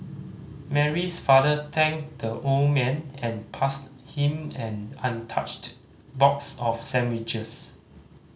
Mary's father thanked the old man and passed him an untouched box of sandwiches